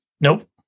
Nope